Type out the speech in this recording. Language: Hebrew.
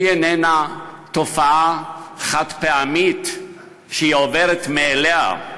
איננה תופעה חד-פעמית שעוברת מאליה,